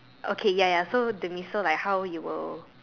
okay ya ya so demise so like how you will